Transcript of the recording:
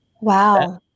Wow